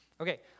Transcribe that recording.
Okay